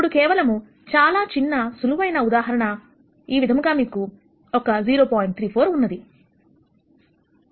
ఇప్పుడు కేవలము చాలా చిన్న సులువైన ఉదాహరణ విధంగా మీకు ఒక 0